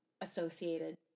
associated